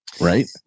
right